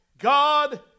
God